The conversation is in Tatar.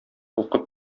укып